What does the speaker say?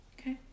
Okay